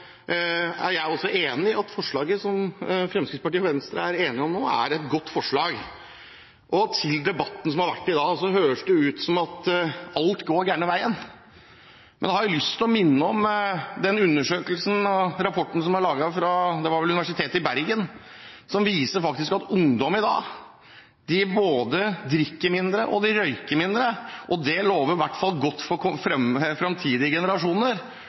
enig i at forslaget som Fremskrittspartiet og Venstre nå er enige om, er et godt forslag. Når det gjelder debatten som har vært i dag, høres det ut som at alt går den gale veien. Men jeg har lyst til å minne om den rapporten som er laget – det var vel ved Universitetet i Bergen – som viser at ungdom i dag både drikker mindre og røyker mindre. Det lover i hvert fall godt for